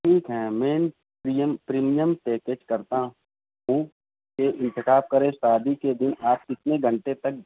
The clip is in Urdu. ٹھیک ہیں میں پریمیم پیکج کرتا ہوں یہ انتخاب کریں شادی کے دِن آپ کتنے گھنٹے تک